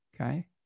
okay